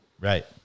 Right